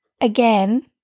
again